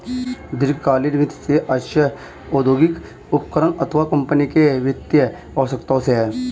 दीर्घकालीन वित्त से आशय औद्योगिक उपक्रम अथवा कम्पनी की वित्तीय आवश्यकताओं से है